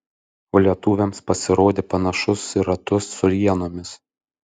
o lietuviams pasirodė panašus į ratus su ienomis